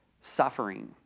suffering